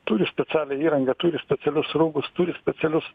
turi specialią įranga turi specialius rūbus turi specialius